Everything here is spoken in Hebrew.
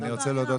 אני רוצה להודות